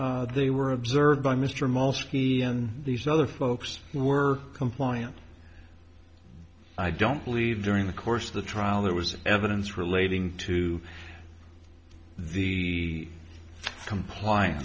they were observed by mr mostly and these other folks who were compliant i don't believe during the course of the trial there was evidence relating to the compliance